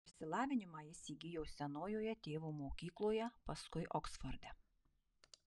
išsilavinimą jis įgijo senojoje tėvo mokykloje paskui oksforde